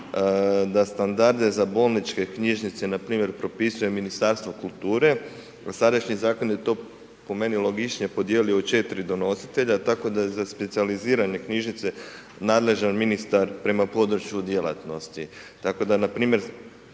da standarde za bolničke knjižnice, npr. propisuje Ministarstvo kulture, a sadašnji zakon je to po meni, logičnije podijelio u četiri donositelja, tako da za specijalizirane knjižnice nadležan ministar prema području djelatnosti. Tako da npr.